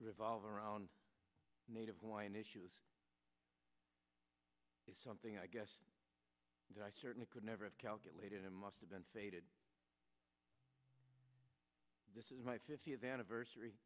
revolve around native wine issues is something i guess i certainly could never have calculated it must have been stated this is my fiftieth anniversary